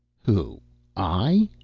who i?